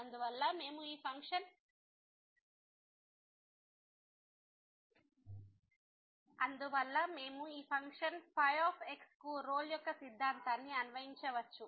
అందువల్ల మేము ఈ ఫంక్షన్ ϕ కు రోల్ యొక్క సిద్ధాంతాన్ని అన్వయించవచ్చు